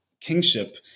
kingship